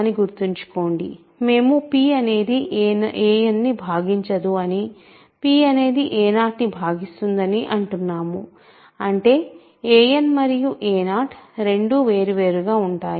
అని గుర్తుంచుకోండి మేము p అనేది anని భాగించదు అని p అనేది a0ని భాగిస్తుందని అంటున్నాము అంటే an మరియు a0 రెండూ వేర్వేరుగా ఉంటాయి